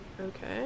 Okay